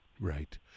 right